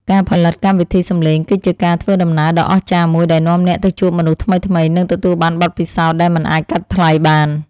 ការផលិតកម្មវិធីសំឡេងគឺជាការធ្វើដំណើរដ៏អស្ចារ្យមួយដែលនាំអ្នកទៅជួបមនុស្សថ្មីៗ និងទទួលបានបទពិសោធន៍ដែលមិនអាចកាត់ថ្លៃបាន។